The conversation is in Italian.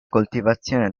coltivazione